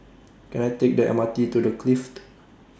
Can I Take The M R T to The Clift